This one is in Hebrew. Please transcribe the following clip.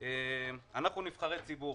אנחנו נבחרי ציבור